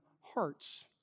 hearts